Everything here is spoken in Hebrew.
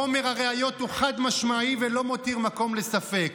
חומר הראיות הוא חד-משמעי ולא מותיר מקום לספק.